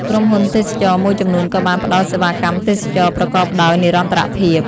ក្រុមហ៊ុនទេសចរណ៍មួយចំនួនក៏បានផ្តល់សេវាកម្មទេសចរណ៍ប្រកបដោយនិរន្តរភាព។